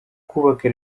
kubaka